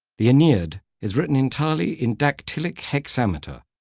the aeneid is written entirely in dactylic hexameter.